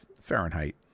Fahrenheit